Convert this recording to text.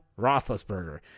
Roethlisberger